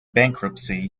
bankruptcy